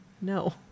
No